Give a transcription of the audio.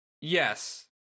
Yes